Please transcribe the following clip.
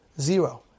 zero